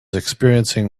experiencing